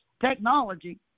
technology